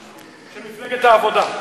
זו הזדמנותי הנדירה לשלוט בכם.